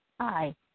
Hi